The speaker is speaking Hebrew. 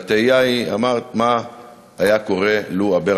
והתהייה היא: אמרת מה היה קורה לו אברה